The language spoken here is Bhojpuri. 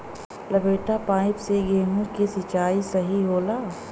लपेटा पाइप से गेहूँ के सिचाई सही होला?